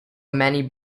many